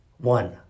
One